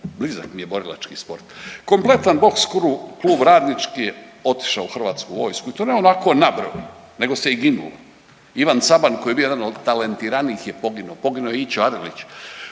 blizak mi je borilački sport, kompletan boks Klub Radnički je otišao u HV i to ne onako nabroj nego se i ginulo. Ivan Caban koji je bio jedan od talentiranijih je poginuo, poginuo je Ićo Aralić,